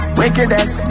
wickedness